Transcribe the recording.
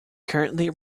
currently